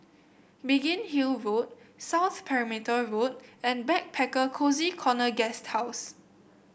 Biggin Hill Road South Perimeter Road and Backpacker Cozy Corner Guesthouse